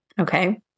Okay